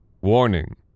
Warning